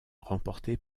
remporté